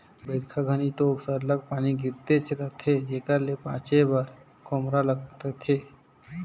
बरिखा घनी दो सरलग पानी गिरतेच रहथे जेकर ले बाचे बर खोम्हरा लागथे